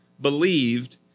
believed